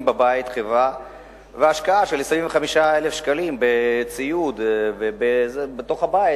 בבית חברה בהשקעה של 25,000 שקלים בציוד ובתוך הבית,